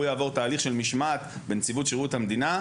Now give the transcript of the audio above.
הוא יעבור תהליך של משמעת בנציבות שירות המדינה,